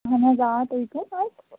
اَہَن حظ آ تُہۍ کَم